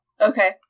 Okay